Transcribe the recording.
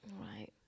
right